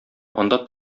анда